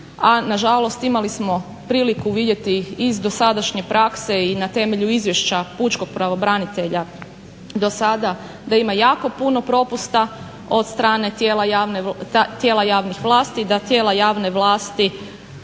a nažalost imali smo priliku vidjeti iz dosadašnje prakse i na temelju Izvješća pučkog pravobranitelja dosada da ima jako puno propusta od strane tijela javnih vlasti i da tijela javne vlasti